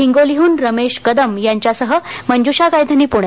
हिंगोलीहून रमेश कदम यांच्यासह मंजुषा गायधनी प्णे